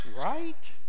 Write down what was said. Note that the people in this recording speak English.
right